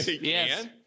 Yes